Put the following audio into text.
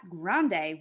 Grande